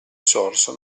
source